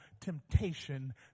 temptation